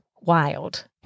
wild